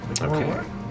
Okay